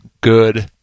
good